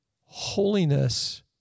holiness